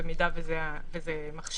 אם זה מכשיר.